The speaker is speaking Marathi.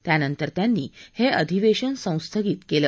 त्यानंतर त्यांनी हे अधिवेशन संस्थगित केलं